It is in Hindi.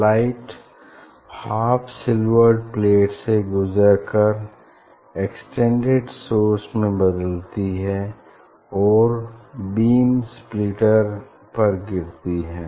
लाइट हाफ सिलवर्ड प्लेट से गुज़र कर एक्सटेंडेड सोर्स में बदलती है और बीम स्प्लिटर पर गिरती है